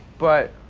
but